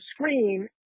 screen